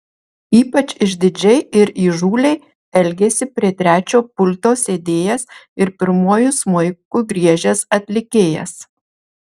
ypač išdidžiai ir įžūliai elgėsi prie trečio pulto sėdėjęs ir pirmuoju smuiku griežęs atlikėjas